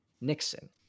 Nixon